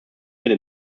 wir